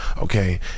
Okay